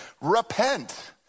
Repent